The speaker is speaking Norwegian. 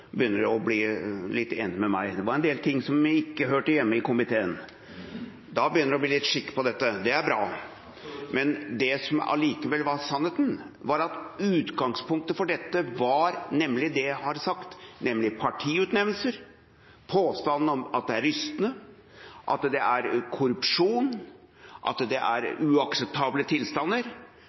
begynner å bli litt enig med meg. Det var en del ting som ikke hørte hjemme i komiteen. Da begynner det å bli litt skikk på dette. Det er bra. Men det som allikevel var sannheten, var at utgangspunktet for dette var det jeg har sagt, nemlig partiutnevnelser, påstanden om at det er rystende, at det er korrupsjon, at det er uakseptable tilstander,